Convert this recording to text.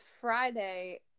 Friday